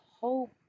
hope